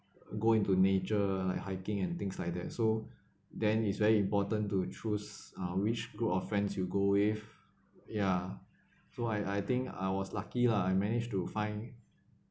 go into nature like hiking and things like that so then is very important to choose uh which group of friends you go with yeah so I I think I was lucky lah I managed to find